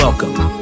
Welcome